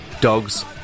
dogs